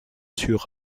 sur